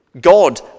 God